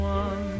one